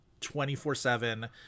24-7